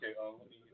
Okay